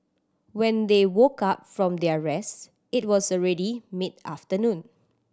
when they woke up from their rest it was already mid afternoon